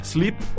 Sleep